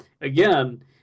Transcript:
again